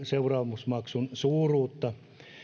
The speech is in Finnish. seuraamusmaksun suuruutta